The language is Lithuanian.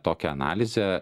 tokią analizę